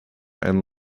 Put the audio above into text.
and